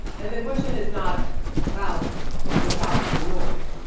and the question is not about the south or the north.